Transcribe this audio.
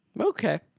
Okay